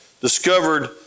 discovered